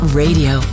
radio